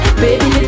baby